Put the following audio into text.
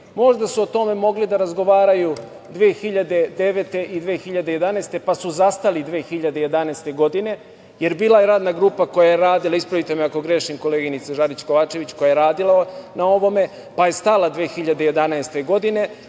Možda su o tome mogli da razgovaraju 2009. i 2011. godine, pa su zastali 2011. godine, jer bila je radna grupa koja je radila, ispravite me ako grešim, koleginice Žarić Kovačević, koja je radila na ovome, pa je stala 2011. godine,